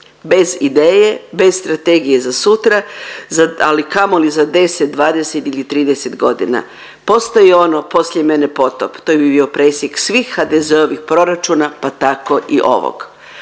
bez ideje, bez strategije za sutra ali kamoli za 10, 20 ili 30 godina. Postoji ono poslije mene potop to bi bio presjek svih HDZ-ovih proračuna pa tako i ovog.